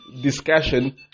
discussion